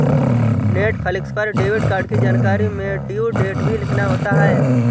Netflix पर debit card की जानकारी में ड्यू डेट भी लिखना होता है